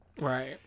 Right